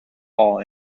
ball